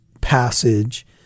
passage